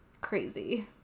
crazy